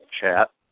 chat